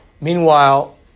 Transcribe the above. Meanwhile